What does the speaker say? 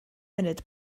munud